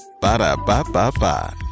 Ba-da-ba-ba-ba